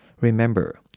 Remember